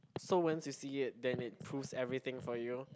so once you sees it then it proves everything for you